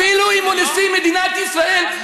אפילו אם הוא נשיא מדינת ישראל.